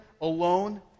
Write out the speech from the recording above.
alone